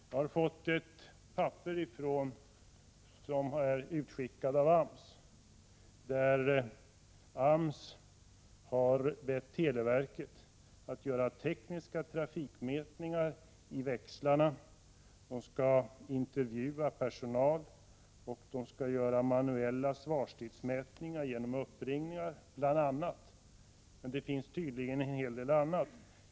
Jag har i min hand fått ett papper som är utskickat från AMS, där AMS har bett televerket att göra tekniska trafikmätningar i telefonväxlarna. Därvid skall man intervjua personal och bl.a. göra manuella svarstidsmätningar genom uppringningar. Tydligen förekommer också en hel del annat av detta 197 slag.